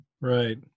Right